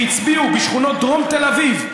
שהצביעו בשכונות דרום תל אביב,